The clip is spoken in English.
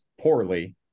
poorly